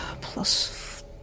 Plus